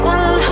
One